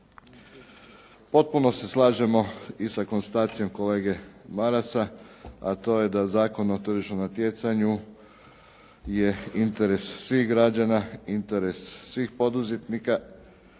Potpuno se slažemo i sa konstatacijom kolege Marasa, a to je da Zakon o tržišnom natjecanju je interes svih građana, interes svih poduzetnika